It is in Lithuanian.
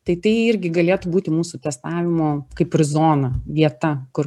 tai tai irgi galėtų būti mūsų testavimo kaip ir zona vieta kur